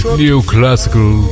neoclassical